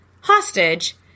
hostage